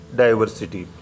diversity